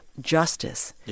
justice